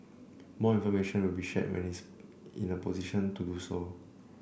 more information will be shared when it is in a position to do so